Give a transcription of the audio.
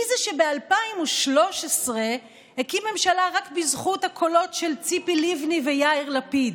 מי זה שב-2013 הקים ממשלה רק בזכות הקולות של ציפי לבני ויאיר ללפיד?